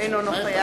אינו נוכח